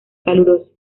caluroso